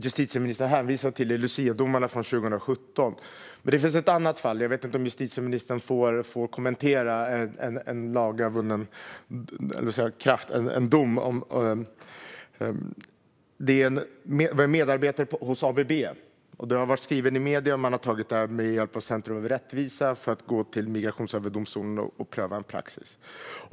Justitieministern hänvisar till den nya praxisen efter luciadomarna 2017. Jag vet inte om justitieministern får kommentera en dom i ett enskilt fall, men det har skrivits om det i medierna, och Centrum för rättvisa har tagit fallet till Migrationsöverdomstolen för att pröva praxis.